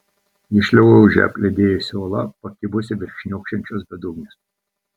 jis šliaužia apledijusia uola pakibusia virš šniokščiančios bedugnės